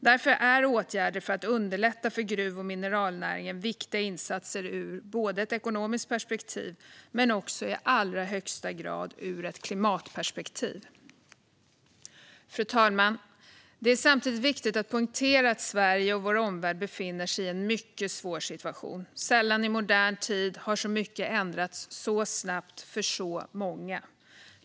Därför är åtgärder för att underlätta för gruv och mineralnäringen viktiga insatser ur ett ekonomiskt perspektiv men också i allra högsta grad ur ett klimatperspektiv. Fru talman! Det är samtidigt viktigt att poängtera att Sverige och vår omvärld befinner sig i en mycket svår situation. Sällan i modern tid har så mycket ändrats så snabbt för så många.